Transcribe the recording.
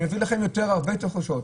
אני מביא לכם הרבה יותר תחושות,